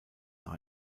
nach